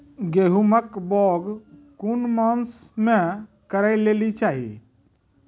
गेहूँमक बौग कून मांस मअ करै लेली चाही?